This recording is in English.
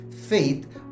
faith